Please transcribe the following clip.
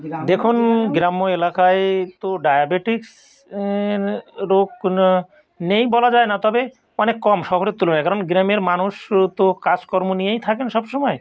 দেখুন গ্রাম্য এলাকায় তো ডায়াবিটিস রোগ না নেই বলা যায় না তবে অনেক কম শহরের তুলনায় কারণ গ্রামের মানুষ তো কাজকর্ম নিয়েই থাকেন সব সময়